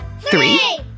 three